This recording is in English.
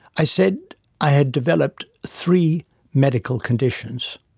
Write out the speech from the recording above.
i said i had developed three medical conditions.